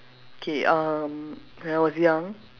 okay um when I was young